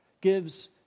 gives